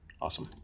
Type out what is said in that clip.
Awesome